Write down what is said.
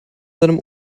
seinem